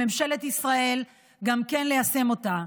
לממשלת ישראל, גם ליישם אותה.